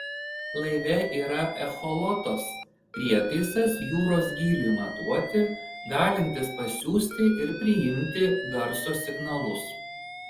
laive yra echolotas prietaisas jūros gyliui matuoti galintis pasiųsti ir priimti garso signalus